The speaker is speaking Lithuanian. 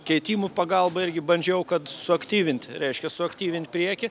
keitimų pagalba irgi bandžiau kad suaktyvinti reiškia suaktyvint priekį